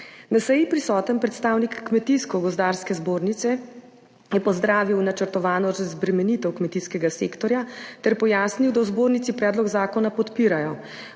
Na seji prisoten predstavnik Kmetijsko-gozdarske zbornice je pozdravil načrtovano razbremenitev kmetijskega sektorja ter pojasnil, da v zbornici predlog zakona podpirajo.